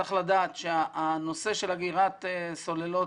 צריך לדעת שהנושא של אגירת סוללות,